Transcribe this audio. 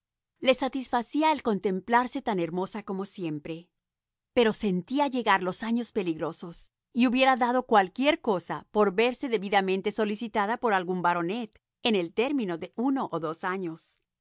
le satisfacía el contemplarse tan hermosa como siempre pero sentía llegar los años peligrosos y hubiera dado cualquier cesa por verse debidamente solicitada por algún baronet en el término de uno o dos años